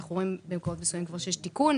אנחנו רואים שיש תיקון במקומות מסוימים,